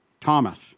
Thomas